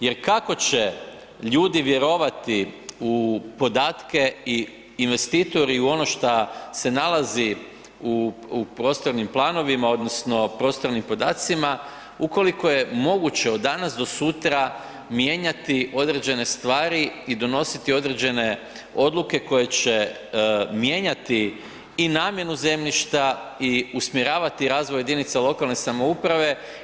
Jer kako će ljudi vjerovati u podatke i investitori u ono šta se nalazi u prostornim planovima odnosno prostornim podacima ukoliko je moguće od danas do sutra mijenjati određene stvari i donositi određene odluke koje će mijenjati i namjenu zemljišta i usmjeravati razvoj jedinica lokalne samouprave.